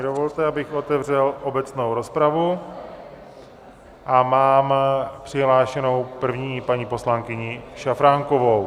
Dovolte mi, abych otevřel obecnou rozpravu, a mám přihlášenou první paní poslankyni Šafránkovou.